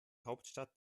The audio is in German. hauptstadt